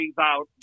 out